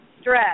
stress